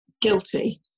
guilty